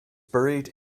buried